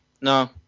No